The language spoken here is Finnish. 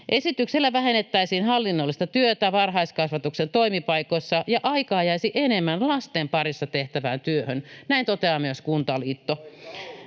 Esityksellä vähennettäisiin hallinnollista työtä varhaiskasvatuksen toimipaikoissa ja aikaa jäisi enemmän lasten parissa tehtävään työhön, näin toteaa myös Kuntaliitto.